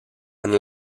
and